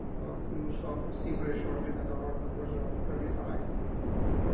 you will sort of and see very shortly that our numbers are fairly high,